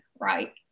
right